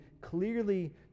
clearly